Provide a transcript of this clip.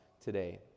today